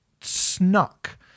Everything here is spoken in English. snuck